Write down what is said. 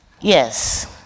yes